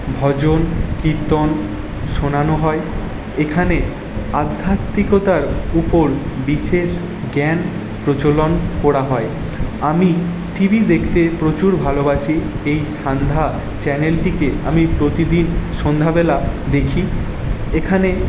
ভজন কীর্তন শোনানো হয় এখানে আধ্যাত্মিকতার উপর বিশেষ জ্ঞান প্রচলন করা হয় আমি টিভি দেখতে প্রচুর ভালোবাসি এই সান্ধ্যা চ্যানেলটিকে আমি প্রতিদিন সন্ধ্যাবেলা দেখি এখানে